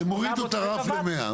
800 מגה-וואט,